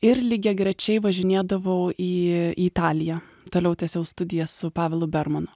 ir lygiagrečiai važinėdavau į italiją toliau tęsiau studijas su pavelu bermanu